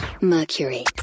Mercury